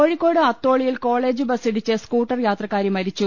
കോഴിക്കോട് അത്തോളിയിൽ കോളെജ് ബസ്സിടിച്ച് സ്കൂട്ടർ യാത്രക്കാരി മരിച്ചു